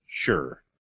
Sure